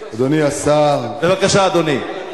בבקשה, אדוני.